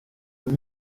uyu